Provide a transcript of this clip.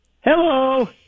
Hello